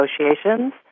negotiations